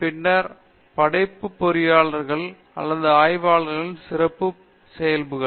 பின்னர் ஒரு படைப்பு பொறியாளர் அல்லது ஆய்வாளரின் சிறப்பியல்புகள்